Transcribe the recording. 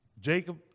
Jacob